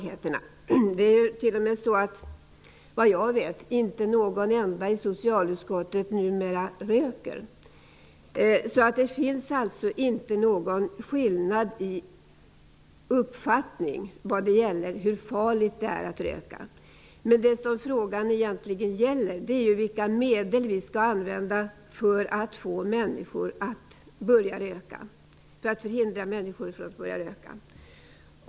Vad jag vet är det t.o.m. så att det numera inte är någon enda i socialutskottet som röker. Det finns alltså inte någon skillnad i uppfattning vad gäller hur farligt det är att röka. Det som frågan egentligen gäller är vilka medel vi skall använda för att hindra människor från att börja röka.